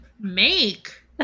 make